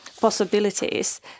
possibilities